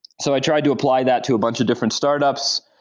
so i tried to apply that to bunch of different startups.